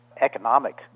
economic